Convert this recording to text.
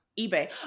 eBay